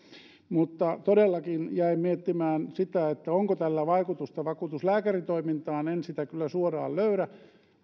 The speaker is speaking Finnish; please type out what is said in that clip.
todellakin jäin miettimään onko tällä vaikutusta vakuutuslääkäritoimintaan en sitä kyllä suoraan löydä